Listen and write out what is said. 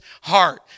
heart